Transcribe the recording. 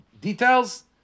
Details